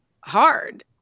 hard